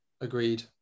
Agreed